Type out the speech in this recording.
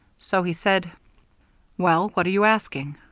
so he said well, what are you asking?